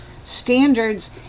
Standards